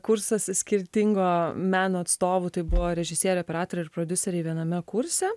kursas skirtingo meno atstovų tai buvo režisieriai operatoriai ir prodiuseriai viename kurse